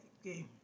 Okay